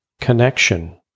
connection